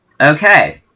Okay